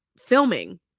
filming